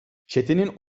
çetenin